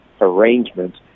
arrangement